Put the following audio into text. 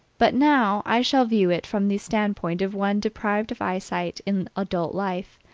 but now i shall view it from the standpoint of one deprived of eyesight in adult life,